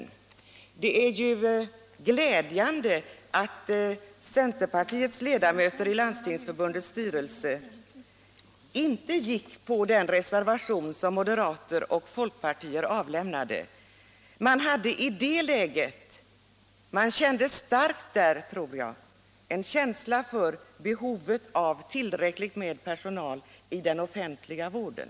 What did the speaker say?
Det är glädjande att centerpartiets ledamöter i Landstingsförbundets styrelse inte anslöt sig till det särskilda yttrande som moderater och folkpartister avgav. Jag tror att centerns företrädare starkt kände behovet av att tillräckligt med personal tillförsäkras den offentliga vården.